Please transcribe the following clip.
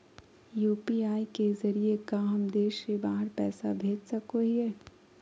UPI के जरिए का हम देश से बाहर पैसा भेज सको हियय?